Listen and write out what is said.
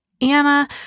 Anna